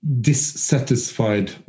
dissatisfied